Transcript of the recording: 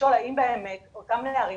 לשאול האם באמת אותם נערים,